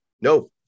No